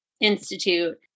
Institute